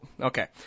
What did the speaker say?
Okay